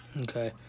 Okay